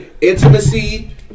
Intimacy